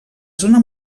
zona